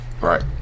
right